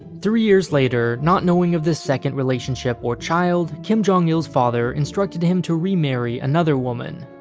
three years later, not knowing of this second relationship or child, kim jong-il's father instructed him to re-marry another woman.